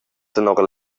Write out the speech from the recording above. tenor